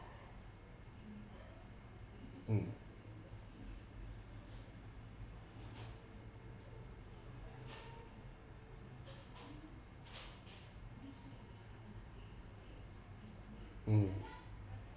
mm mm